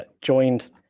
joined